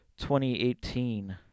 2018